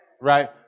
Right